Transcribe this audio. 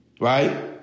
right